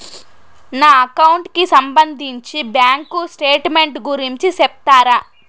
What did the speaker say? నా అకౌంట్ కి సంబంధించి బ్యాంకు స్టేట్మెంట్ గురించి సెప్తారా